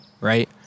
right